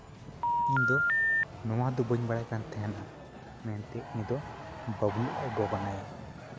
ᱤᱧ ᱫᱚ ᱱᱚᱣᱟ ᱫᱚ ᱵᱟᱹᱧ ᱵᱟᱲᱟᱭ ᱠᱟᱱ ᱛᱟᱦᱮᱱᱟ ᱢᱮᱱᱛᱮ ᱩᱱᱤ ᱫᱚ ᱵᱟᱹᱵᱽᱞᱩ ᱟᱡ ᱜᱚᱜᱚ ᱠᱟᱱᱟᱭᱮ